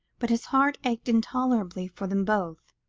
but his heart ached intolerably for them both,